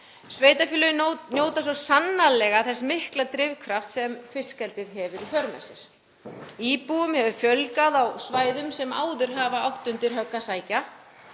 Sveitarfélögin njóta svo sannarlega þess mikla drifkrafts sem fiskeldið hefur í för með sér. Íbúum hefur fjölgað á svæðum sem áður hafa átt undir högg að sækja.